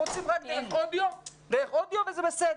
רוצים רק דרך אודיו וזה בסדר.